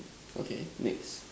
okay next